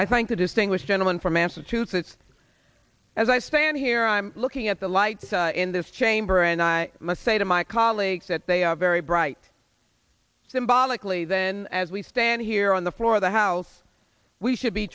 i thank the distinguished gentleman from massachusetts as i stand here i'm looking at the light in this chamber and i must say to my colleagues that they are very bright symbolically then as we stand here on the floor of the house we should be